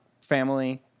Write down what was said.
family